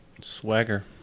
Swagger